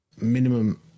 minimum